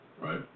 right